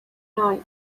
noise